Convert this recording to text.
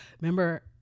remember